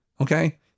okay